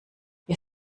ihr